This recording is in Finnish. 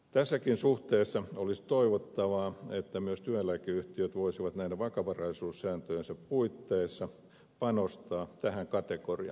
tässäkin suhteessa olisi toivottavaa että myös työeläkeyhtiöt voisivat näiden vakavaraisuussääntöjensä puitteissa panostaa tähän kategoriaan